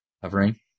hovering